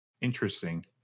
Interesting